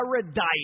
paradise